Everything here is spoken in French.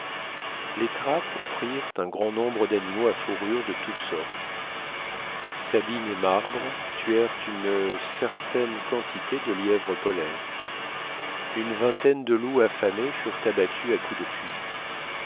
les trappes prirent un grand nombre d'animaux à fourrures de toutes sortes sabine et marbre tuèrent une certaine quantité de lièvres polaires une vingtaine de loups affamés furent abattus à coups de fusil